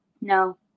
No